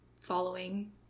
following